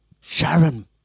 Sharon